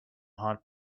hot